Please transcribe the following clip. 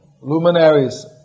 luminaries